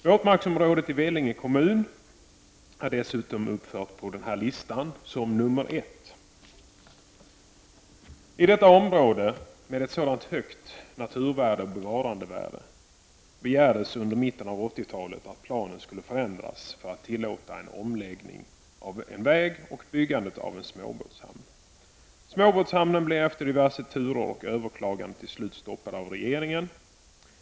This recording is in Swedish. Våtmarksområdet i Vellinge kommun är dessutom uppfört som nummer ett på den här listan. För detta område, med ett sådant högt naturvärde och bevarandevärde, begärdes under mitten av 80-talet att planen skulle förändras för att en omläggning av en väg och byggandet av en småbåtshamn skulle kunna tillåtas. Småbåtshamnen blev efter diverse turer och överklaganden till slut stoppad av regeringen.